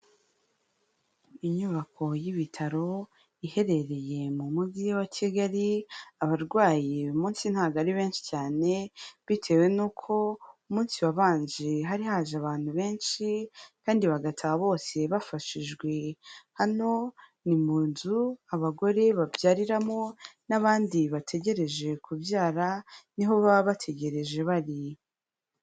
Inyubako y'ibitaro iherereye mu mujyi wa Kigali, abarwayi uyu munsi ntabwo ari benshi cyane, bitewe n'uko munsi wabanje hari haje abantu benshi kandi bagataha bose bafashijwe, hano ni mu nzu abagore babyariramo n'abandi bategereje kubyara niho baba bategereje bari.